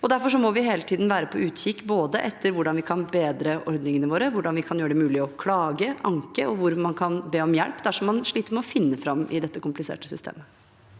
derfor må vi hele tiden være på utkikk etter hvordan vi kan bedre ordningene våre, hvordan vi kan gjøre det mulig å klage og anke, og hvor man kan be om hjelp dersom man sliter med å finne fram i dette kompliserte systemet.